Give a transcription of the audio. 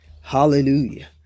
hallelujah